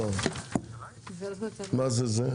הצבעה ההסתייגות לא התקבלה.